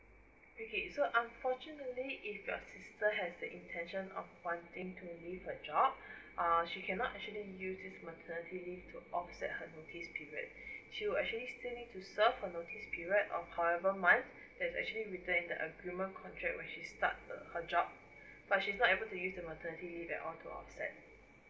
okay so unfortunately if your sister has the intention of wanting to leave a job uh she cannot actually use this maternity leave to offset her notice period she will actually still need to serve her notice period of however month that's actually the agreement contract when she start uh her job but she's not able to use the maternity leave at all to offset